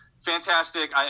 fantastic